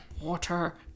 Water